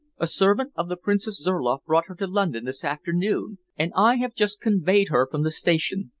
a servant of the princess zurloff brought her to london this afternoon, and i have just conveyed her from the station.